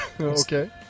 Okay